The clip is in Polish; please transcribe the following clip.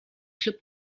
ślub